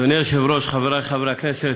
אדוני היושב-ראש, חבריי חברי הכנסת,